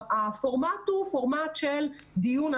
הפורמט הוא פורמט של דיון.